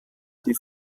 die